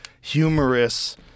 humorous